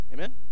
Amen